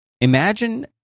Imagine